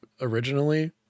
originally